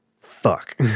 fuck